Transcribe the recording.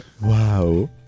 Wow